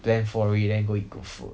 plan for it then go eat good food